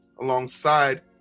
alongside